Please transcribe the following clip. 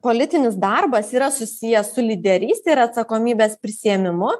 politinis darbas yra susijęs su lyderyste ir atsakomybės prisiėmimu